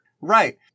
Right